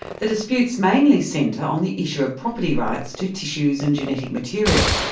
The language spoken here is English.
the disputes mainly centre on the issue of property rights to tissues and genetic material,